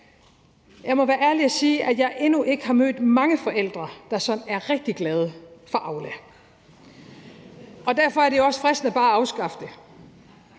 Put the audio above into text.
Jeg må være ærlig at sige, at jeg endnu ikke har mødt mange forældre, der er sådan rigtig glade for Aula, og derfor er det jo også fristende bare at afskaffe det.